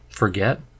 Forget